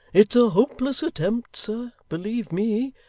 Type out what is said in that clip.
it's a hopeless attempt, sir, believe me.